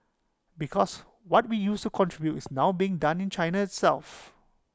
because what we used to contribute is now being done in China itself